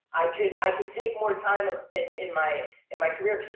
i could i could take more time in in my and my career.